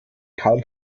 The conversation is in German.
kaum